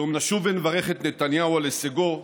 היום נשוב ונברך את נתניהו על הישגו,